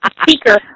speaker